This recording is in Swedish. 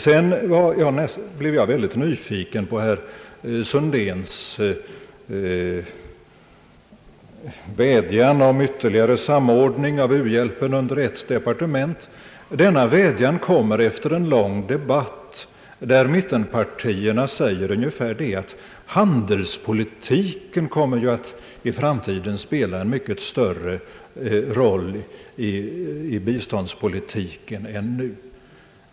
Sedan blev jag mycket nyfiken på herr Sundins vädjan om ytterligare samordning av u-hjälpen under ett departement. Denna vädjan kommer efter en lång debatt, där mittenpartierna säger ungefär det att handelspolitiken i framtiden kommer att spela en mycket större roll i biståndspolitiken än nu.